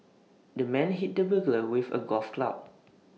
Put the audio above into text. the man hit the burglar with A golf club